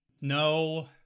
No